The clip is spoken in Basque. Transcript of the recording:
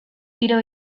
tiro